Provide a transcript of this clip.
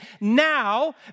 now